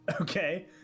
Okay